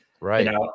right